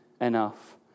enough